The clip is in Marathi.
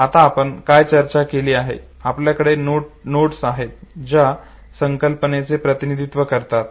आता आपण काय चर्चा केली आहे आपल्याकडे नोट्स आहेत ज्या संकल्पनेचे प्रतिनिधित्व करतात